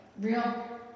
real